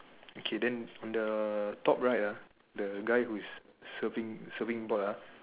okay then on the top right ah the guy who is serving serving the ball ah